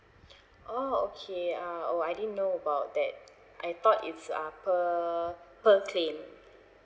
oh okay uh oh I didn't know about that I thought it's ah per per claim